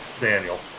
Daniel